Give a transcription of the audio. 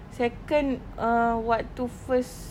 second err waktu first